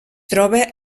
troba